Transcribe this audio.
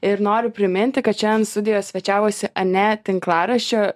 ir noriu priminti kad šiandien studijoje svečiavosi ane tinklaraščio